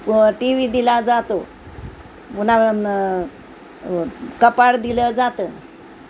T V दिला जातो पुन्हा कपाट दिलं जातं